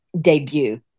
debut